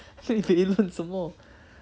他可以给人什么